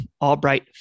Albright